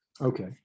okay